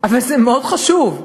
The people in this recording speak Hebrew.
זה מאוד חשוב.